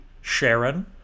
sharon